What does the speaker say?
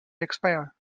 expire